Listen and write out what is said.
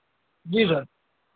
जी sir